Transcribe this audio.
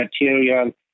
material